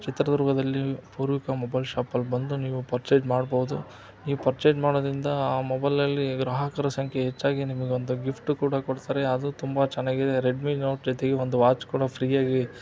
ಚಿತ್ರದುರ್ಗದಲ್ಲಿ Poorvika mobile shop ಅಲ್ಲಿ ಬಂದು ನೀವು ಪರ್ಚೇಸ್ ಮಾಡ್ಬೋದು ನೀವು ಪರ್ಚೇಸ್ ಮಾಡೋದರಿಂದ ಆ ಮೊಬೈಲಲ್ಲಿ ಗ್ರಾಹಕರ ಸಂಖ್ಯೆ ಹೆಚ್ಚಾಗಿ ನಿಮಗೆ ಒಂದು ಗಿಫ್ಟೂ ಕೂಡಾ ಕೊಡ್ತಾರೆ ಅದು ತುಂಬ ಚೆನ್ನಾಗಿದೆ ರೆಡ್ಮಿ ನೋಟ್ ಜೊತೆಗೆ ಒಂದು ವಾಚ್ ಕೂಡ ಫ್ರೀಯಾಗಿ